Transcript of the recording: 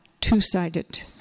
two-sided